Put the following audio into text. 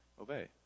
obey